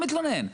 אני לא מתלונן,